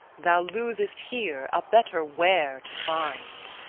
thou losest here, a better where to find.